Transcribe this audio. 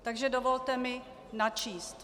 Takže dovolte mi načíst: